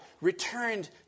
returned